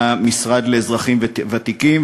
למשרד לאזרחים ותיקים.